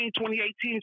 2018